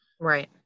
Right